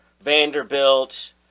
Vanderbilt